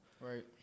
Right